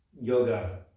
Yoga